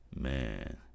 Man